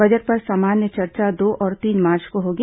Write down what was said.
budget पर सामान्य चर्चा दो और तीन मार्च को होगी